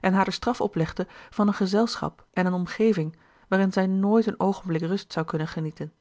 en haar de straf oplegde van een gezelschap en eene omgeving waarin zij nooit een oogenblik rust zou kunnen genieten